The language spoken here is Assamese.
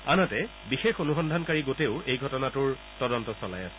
আনহাতে বিশেষ অনুসন্ধানকাৰী গোটেও এই ঘটনাটোৰ তদন্ত চলাই আছে